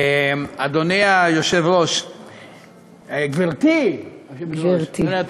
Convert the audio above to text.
אדוני היושב-ראש, גברתי, גברתי היושבת-ראש.